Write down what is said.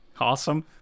Awesome